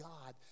God